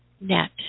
net